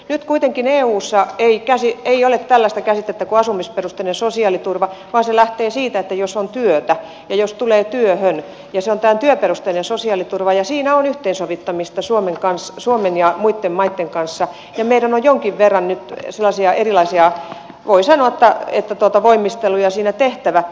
nyt kuitenkaan eussa ei ole tällaista käsitettä kuin asumisperusteinen sosiaaliturva vaan se lähtee siitä että onko työtä ja tuleeko työhön eli se on tämä työperusteinen sosiaaliturva ja siinä on yhteensovittamista suomen ja muitten maitten kanssa ja meidän on jonkin verran nyt sellaisia erilaisia voi sanoa voimisteluja siinä tehtävä